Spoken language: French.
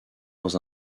dans